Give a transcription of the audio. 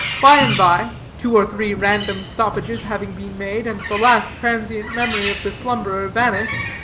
by-and-by two or three random stoppages having been made, and the last transient memory of the slumberer vanished,